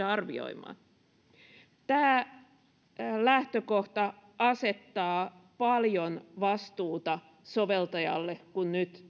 arvioimaan tämä lähtökohta asettaa paljon vastuuta soveltajalle kun nyt